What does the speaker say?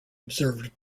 observed